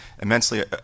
immensely